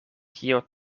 kio